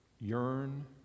yearn